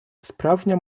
справжня